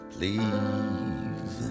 Please